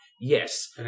Yes